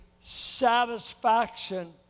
satisfaction